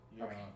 Okay